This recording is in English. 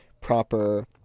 proper